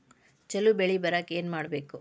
ಛಲೋ ಬೆಳಿ ಬರಾಕ ಏನ್ ಮಾಡ್ಬೇಕ್?